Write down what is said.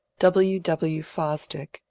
w. w. fosdick,